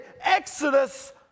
exodus